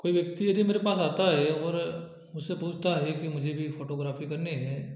कोई व्यक्ति यदि मेरे पास आता है और मुझसे पूछता है कि मुझे भी फोटोग्राफी करनी है